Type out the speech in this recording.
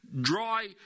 dry